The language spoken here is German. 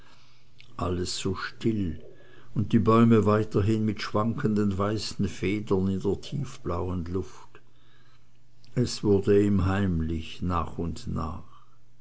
alles so still und die bäume weithin mit schwankenden weißen federn in der tiefblauen luft es wurde ihm heimlich nach und nach